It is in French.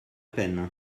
peine